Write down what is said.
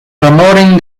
promoting